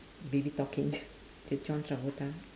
baby talking t~ to john travolta